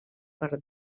per